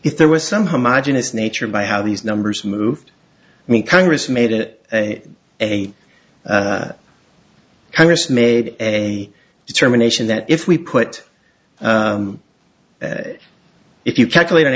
if there was some homogenous nature by how these numbers moved me congress made it eight hundred s made a determination that if we put it if you calculate an